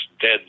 dead